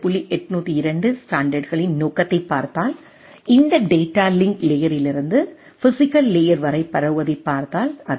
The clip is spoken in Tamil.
802 ஸ்டாண்டர்டுகளின் நோக்கத்தைப் பார்த்தால் இந்த டேட்டா லிங்க் லேயரில் இருந்து பிஸிக்கல் லேயர் வரை பரவுவதைப் பார்த்தால் அதுதான்